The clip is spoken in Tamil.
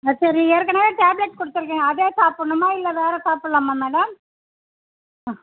ஆ சரி ஏற்கனவே டேப்லெட் கொடுத்துருக்கீங்க அதே சாப்பிணுமா இல்லை வேறு சாப்பில்லாமா மேடம் ஆ